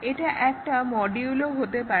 এটা একটা মডিউলও হতে পারে